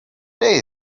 day